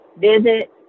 visit